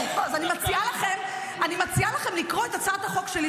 ואני מציעה לכם לקרוא את הצעת החוק שלי,